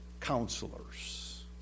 counselors